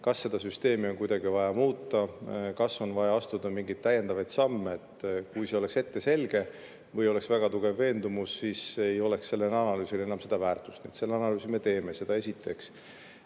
kas seda süsteemi on vaja muuta, kas on vaja astuda mingeid täiendavaid samme. Kui see oleks ette selge või oleks väga tugev veendumus, siis ei oleks sellel analüüsil enam väärtust. Nii et selle analüüsi me teeme, seda esiteks.